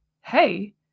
Hey